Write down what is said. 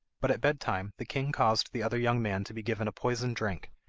but at bed-time the king caused the other young man to be given a poisoned drink,